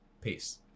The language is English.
peace